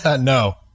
No